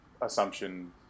assumption